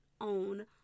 own